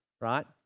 right